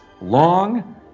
long